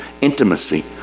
intimacy